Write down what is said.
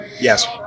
Yes